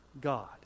God